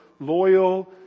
loyal